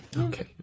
okay